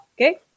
okay